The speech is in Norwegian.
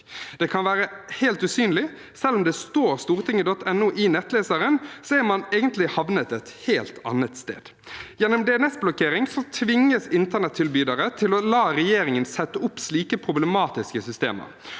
Det kan være helt usynlig, ved at selv om det står «stortinget.no» i nettleseren, er man egentlig havnet et helt annet sted. Gjennom DNS-blokkering tvinges internettilbydere til å la regjeringen sette opp slike problematiske systemer.